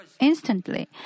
instantly